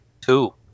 two